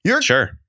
Sure